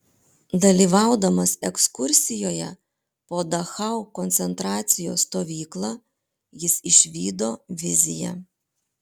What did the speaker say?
dalyvaudamas ekskursijoje po dachau koncentracijos stovyklą jis išvydo viziją